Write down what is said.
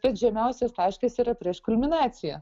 pats žemiausias taškas yra prieš kulminaciją